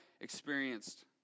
experienced